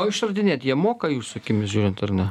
o išradinėti jie moka jūsų akimis žiūrint ar ne